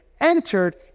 entered